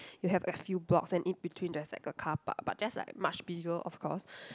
you have a few blocks and in between there's like a car-park but just like much bigger of course